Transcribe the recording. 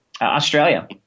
Australia